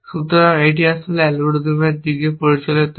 সুতরাং এটি আসলে অ্যালগরিদমের দিকে পরিচালিত করে